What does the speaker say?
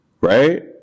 right